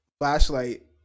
flashlight